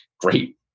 great